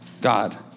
God